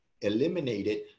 eliminated